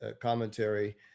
commentary